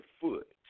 foot